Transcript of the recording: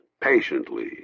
patiently